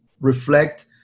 reflect